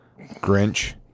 Grinch